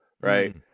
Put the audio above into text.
right